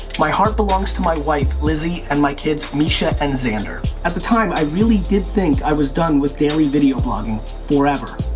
my heart belongs to my wife lizzie, and my kids misha and xander. at the time i really did think i was done with daily video blogging forever.